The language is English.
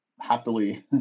happily